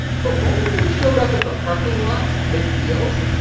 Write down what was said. but when they showed up at the parking lots to make deals,